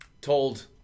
told